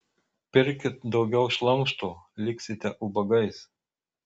pirkit daugiau šlamšto liksite ubagais